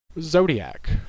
Zodiac